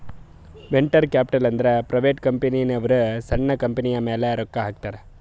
venture capital ಅಂದುರ್ private ಕಂಪನಿದವ್ರು ಸಣ್ಣು ಕಂಪನಿಯ ಮ್ಯಾಲ ರೊಕ್ಕಾ ಹಾಕ್ತಾರ್